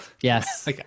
Yes